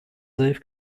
zayıf